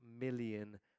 million